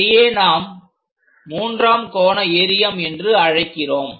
இதையே நாம் மூன்றாம் கோண எறியம் என்று அழைக்கிறோம்